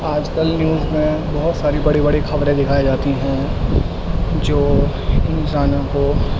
آج کل نیوز میں بہت ساری بڑی بڑی خبریں دکھائی جاتی ہیں جو انسانوں کو